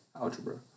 algebra